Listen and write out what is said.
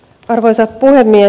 arvoisa puhemies